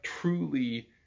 truly